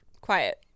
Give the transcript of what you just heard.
quiet